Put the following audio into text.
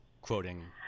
quoting